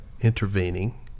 intervening